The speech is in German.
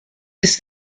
ist